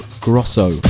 Grosso